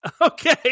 Okay